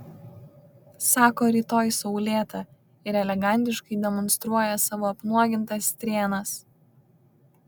sako rytoj saulėta ir elegantiškai demonstruoja savo apnuogintas strėnas